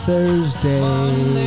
Thursday